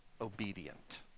obedient